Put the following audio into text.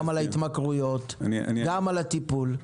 גם על ההתמכרויות וגם על הטיפול?